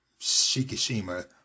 Shikishima